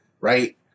right